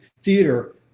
theater